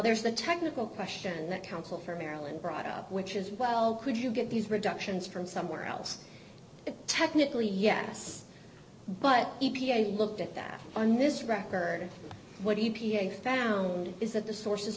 there's the technical question that counsel for maryland brought up which is well could you get these reductions from somewhere else technically yes but e p a looked at that on this record what do you ph found is that the sources